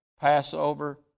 Passover